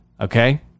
Okay